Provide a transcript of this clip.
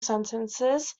sentences